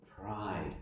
pride